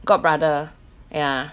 god brother ya